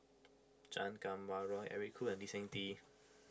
Chan Kum Wah Roy Eric Khoo and Lee Seng Tee